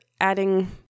adding